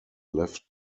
left